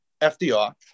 FDR